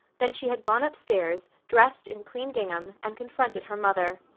then she had gone upstairs, dressed in clean gingham and confronted her mother.